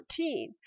14